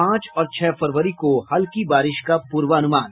पांच और छह फरवरी को हल्की बारिश का पूर्वानुमान